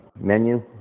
menu